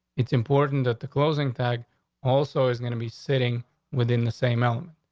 it's important that the closing tax also is going to be sitting within the same element.